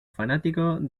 fanático